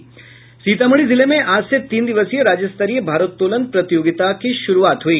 सीतामढ़ी जिले में आज से तीन दिवसीय राज्यस्तरीय भारोत्तोलन प्रतियोगिता की शुरूआत हुई